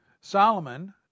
Solomon